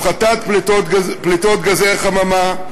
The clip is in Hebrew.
הפחתת פליטות גזי חממה,